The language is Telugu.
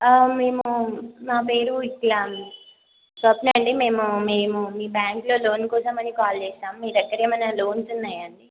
మేము నా పేరు ఇత్య అండి స్వప్న అండి మేము మేము మీ బ్యాంకులో లోన్ కోసమని కాల్ చేసాము మీ దగ్గర ఏమైనా లోన్స్ ఉన్నాయా అండి